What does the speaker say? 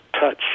touch